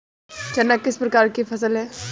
चना किस प्रकार की फसल है?